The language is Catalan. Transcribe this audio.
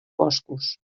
boscos